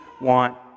want